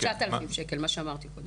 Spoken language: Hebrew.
9,000 שקל, מה שאמרתי קודם.